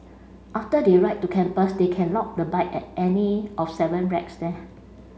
after they ride to campus they can lock the bike at any of seven racks there